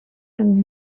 and